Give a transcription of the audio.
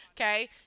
Okay